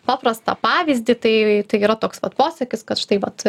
paprastą pavyzdį tai tai yra toks vat posakis kad štai vat